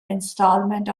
instalment